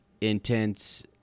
intense